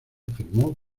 firmó